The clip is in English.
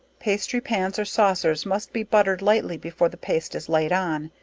pastry pans, or saucers, must be buttered lightly before the paste is laid on.